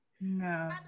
No